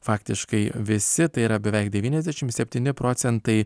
faktiškai visi tai yra beveik devyniasdešimt septyni procentai